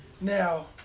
Now